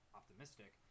optimistic